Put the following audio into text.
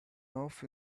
off